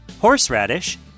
horseradish